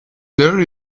there